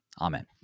Amen